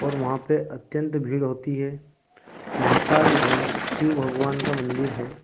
और वहाँ पर अत्यंत भीड़ होती है महाकाल भन शिव भगवान का मंदिर है